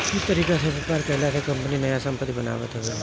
इ तरीका से व्यापार कईला से कंपनी नया संपत्ति बनावत हवे